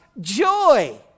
joy